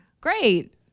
Great